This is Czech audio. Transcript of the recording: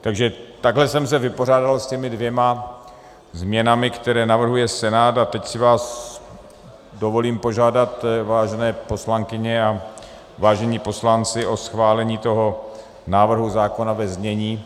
Takže takhle jsem se vypořádal s těmi dvěma změnami, které navrhuje Senát, a teď si vás dovolím požádat, vážené poslankyně a vážení poslanci, o schválení toho návrhu zákona ve znění,